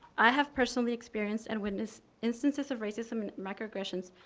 i have personally experienced and witnessed instances of racism and microagressions.